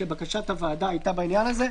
שבקשת הוועדה הייתה בעניין הזה.